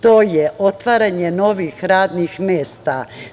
To je otvaranje novih radnih mesta.